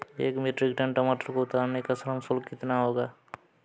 एक metric ton टमाटर को उतारने का श्रम शुल्क कितना होगा?